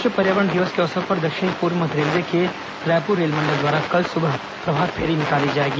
विश्व पर्यावरण दिवस के अवसर पर दक्षिण पूर्व मध्य रेलवे के रायपुर रेलमंडल द्वारा कल सुबह प्रभातफेरी निकाली जाएगी